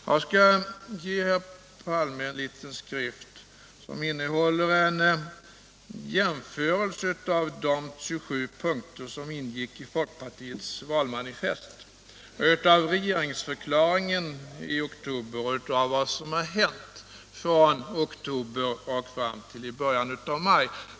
Jag skall ge herr Palme en liten skrift som innehåller en jämförelse mellan de 27 punkter som ingick i folkpartiets valmanifest, regeringsförklaringen i oktober och vad som hänt från oktober fram till början av maj.